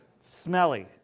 Smelly